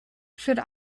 should